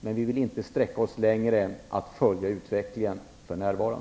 Men vi vill för närvarande inte sträcka oss längre än till att följa utvecklingen.